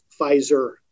Pfizer